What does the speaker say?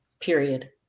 period